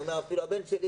אפילו הבן שלי,